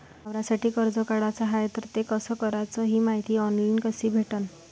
वावरासाठी कर्ज काढाचं हाय तर ते कस कराच ही मायती ऑनलाईन कसी भेटन?